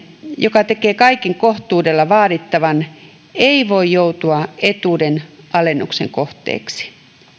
joka tekee kaiken kohtuudella vaadittavan ei voi joutua etuuden alennuksen kohteeksi